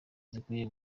zikwiye